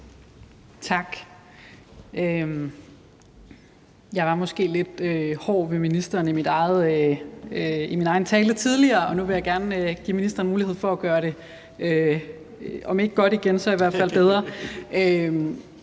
Tak. Jeg var måske lidt hård ved ministeren i min egen tale tidligere. Nu vil jeg gerne give ministeren mulighed for at gøre det om ikke godt igen, så i hvert fald bedre.